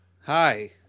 Hi